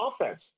offense